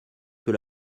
peut